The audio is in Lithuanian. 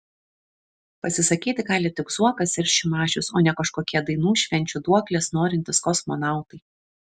pasisakyti gali tik zuokas ir šimašius o ne kažkokie dainų švenčių duoklės norintys kosmonautai